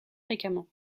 fréquemment